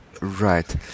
Right